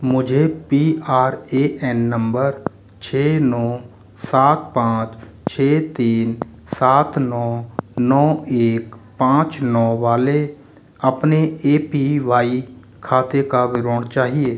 मुझे P R A N number छः नौ सात पाँच छः तीन सात नौ नौ एक पाँच नौ वाले अपने ए पी वाई खाते का विवरण चाहिए